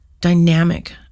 dynamic